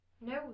No